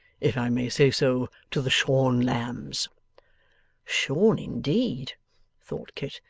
if i may say so, to the shorn lambs shorn indeed thought kit.